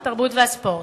התרבות והספורט.